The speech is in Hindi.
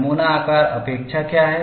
नमूना आकार अपेक्षा क्या है